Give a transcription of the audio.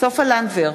סופה לנדבר,